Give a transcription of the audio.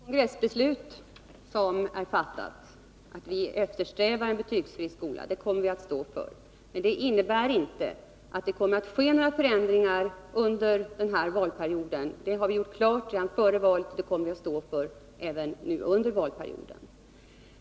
Fru talman! Det kongressbeslut som är fattat, att vi eftersträvar en betygsfri skola, kommer vi att stå för, men det innebär inte att det sker förändringar under denna valperiod. Det har vi gjort klart före valet och står för även nu under valperioden.